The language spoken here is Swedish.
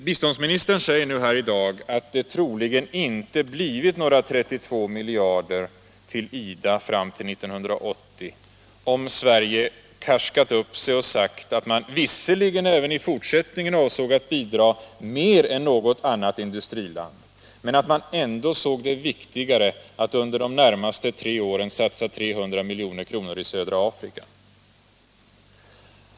Biståndsministern säger nu här i dag att det troligen inte blivit några 32 miljarder till IDA fram till 1980, om Sverige karskat upp sig och sagt att man visserligen även i fortsättningen avsåg att bidra mer än något annat industriland, men att man ändå såg det som viktigare att under de närmaste tre åren satsa 300 milj.kr. i södra Afrika.